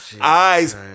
eyes